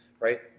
Right